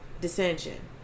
dissension